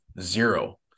Zero